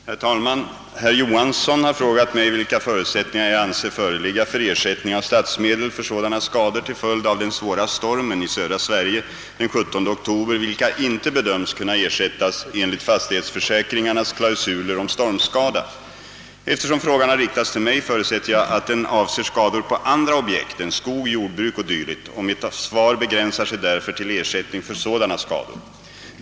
Herr talman! Herr Johansson i Simrishamn har frågat mig, vilka förutsättningar jag anser föreligga för ersättning av statsmedel för sådana skador till följd av den svåra stormen i södra Sverige den 17 oktober, vilka inte bedöms kunna ersättas enligt fastighetsförsäkringarnas klausuler om stormskada. Eftersom frågan har riktats till mig förutsätter jag att den avser skador på andra objekt än skog, jordbruk o. d., och mitt svar begränsar sig därför till ersättning för sådana skador.